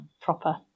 proper